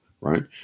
right